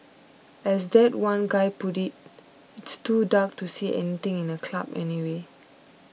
as that one guy put it it's too dark to see anything in a club anyway